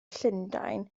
llundain